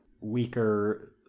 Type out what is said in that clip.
Weaker